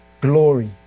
glory